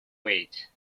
weight